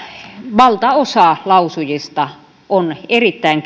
valtaosa lausujista on erittäin